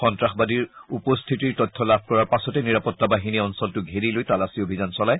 সন্তাসবাদীৰ উপস্থিতিৰ তথ্য লাভ কৰাৰ পাছতে নিৰাপতা বাহিনীয়ে অঞ্চলটো ঘেৰি লৈ তালাচী অভিযান চলায়